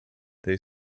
they